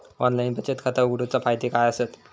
Online बचत खाता उघडूचे फायदे काय आसत?